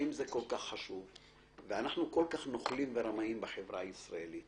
אנחנו כל-כך נוכלים ורמאים בחברה הישראלית